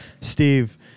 Steve